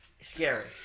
Scary